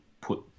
put